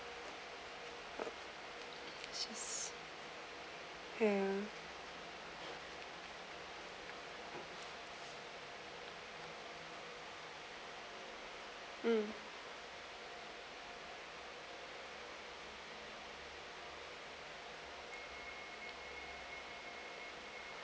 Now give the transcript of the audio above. ya um